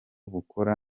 bukora